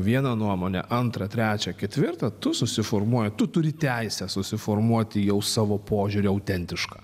vieną nuomonę antrą trečią ketvirtą tu susiformuoji tu turi teisę susiformuoti jau savo požiūrį autentišką